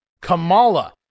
Kamala